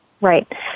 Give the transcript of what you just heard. Right